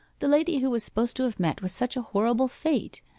the lady who was supposed to have met with such a horrible fate,